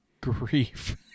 Grief